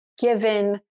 given